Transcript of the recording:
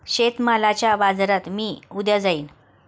शेतमालाच्या बाजारात मी उद्या जाईन